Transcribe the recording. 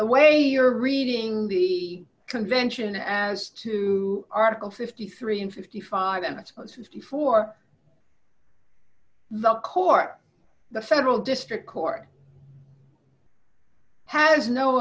away you're reading the convention as to article fifty three in fifty five and i suppose was before the core the federal district court has no